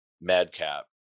Madcap